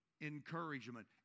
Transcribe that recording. encouragement